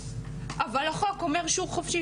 אבל החוק אומר שהוא חופשי,